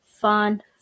fun